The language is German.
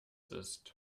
ist